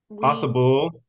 possible